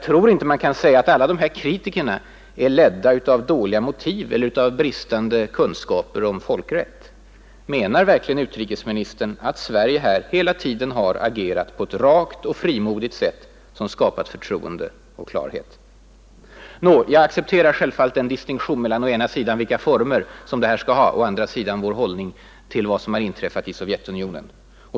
Tror herr Wickman att alla kritikerna är ledda av dåliga motiv eller bristande kunskaper om folkrätt? Menar verkligen utrikesministern att Sverige här har agerat på ett rakt och frimodigt sätt, som skapat förtroende och klarhet? Jag accepterar däremot självklart en distinktion mellan å ena sidan vilka former prisöverlämnandet skall ha och å andra sidan vår hållning i sak till vad som har inträffat i Sovjetunionen.